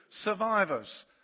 survivors